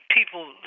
People